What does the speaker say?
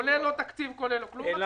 כולל תקציב וכל דבר אחר,